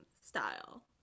style